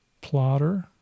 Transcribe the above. Plotter